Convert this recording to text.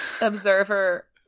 observer